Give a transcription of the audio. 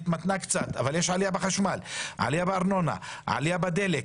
עלייה בארנונה, עלייה בדלק.